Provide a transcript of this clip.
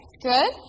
good